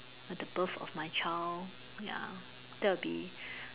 at the birth of my child ya that would be